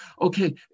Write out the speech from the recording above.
Okay